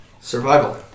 Survival